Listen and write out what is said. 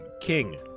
king